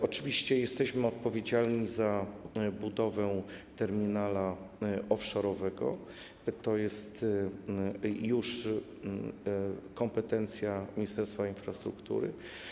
Oczywiście jesteśmy odpowiedzialni za budowę terminala offshore’owego, to jest już kompetencja Ministerstwa Infrastruktury.